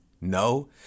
No